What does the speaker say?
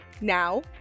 Now